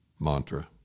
mantra